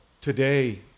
today